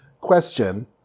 question